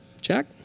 Jack